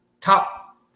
top